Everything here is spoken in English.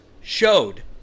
showed